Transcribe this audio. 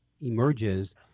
emerges